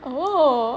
orh